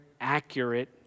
accurate